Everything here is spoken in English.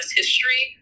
history